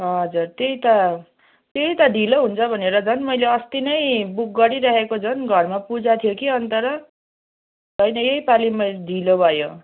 हजुर त्यही त त्यही त ढिलो हुन्छ भनेर झन् मैले अस्ति नै बुक गरिराखेको झन् घरमा पूजा थियो कि अन्त र होइन यही पालीमा ढिलो भयो